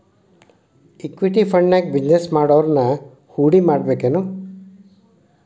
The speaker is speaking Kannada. ಇಕ್ವಿಟಿ ಫಂಡ್ನ್ಯಾಗ ಬಿಜಿನೆಸ್ ಮಾಡೊವ್ರನ ಹೂಡಿಮಾಡ್ಬೇಕೆನು?